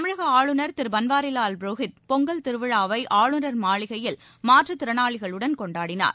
தமிழக ஆளுநர் திரு பன்வாரிலால் புரோகித் பொங்கல் திருவிழாவை ஆளுநர் மாளிகையில் மாற்றுத்திறனாளிகளுடன் கொண்டாடினார்